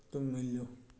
ꯇꯨꯡ ꯏꯜꯂꯨ